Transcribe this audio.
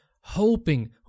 hoping